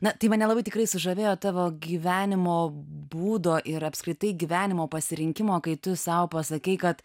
na tai mane labai tikrai sužavėjo tavo gyvenimo būdo ir apskritai gyvenimo pasirinkimo kai tu sau pasakei kad